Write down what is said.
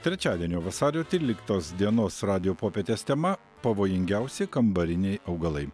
trečiadienio vasario tryliktos dienos radijo popietės tema pavojingiausi kambariniai augalai